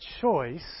choice